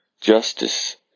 justice